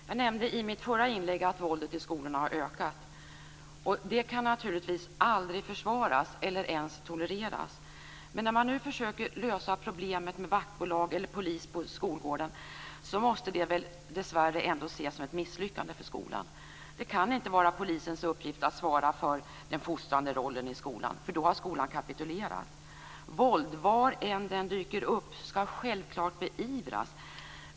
Fru talman! I mitt förra inlägg nämnde jag att våldet i skolorna har ökat. Det kan naturligtvis aldrig försvaras eller ens tolereras. När man nu försöker lösa problemet med vaktbolag eller polis på skolgården måste det väl, dessvärre, ändå ses som ett misslyckande för skolan. Det kan inte vara polisens uppgift att svara för den fostrande rollen i skolan; då har ju skolan kapitulerat. Våld, varhelst det dyker upp, skall självklart beivras.